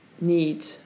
need